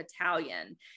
Italian